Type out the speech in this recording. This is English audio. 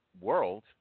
World